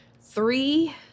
three